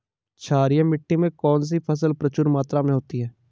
क्षारीय मिट्टी में कौन सी फसल प्रचुर मात्रा में होती है?